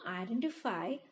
identify